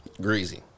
Greasy